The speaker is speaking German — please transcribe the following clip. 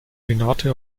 renate